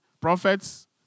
prophets